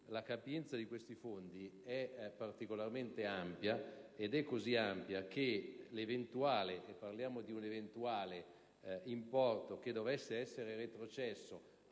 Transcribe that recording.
la capienza di questi Fondi è particolarmente ampia, così ampia che l'eventuale importo che dovesse essere retrocesso